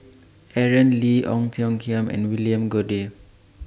Aaron Lee Ong Tiong Khiam and William Goode